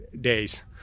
days